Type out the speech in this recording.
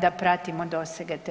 da pratimo dosege te politike.